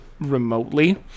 remotely